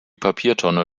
papiertonne